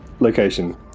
location